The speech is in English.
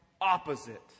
opposite